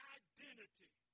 identity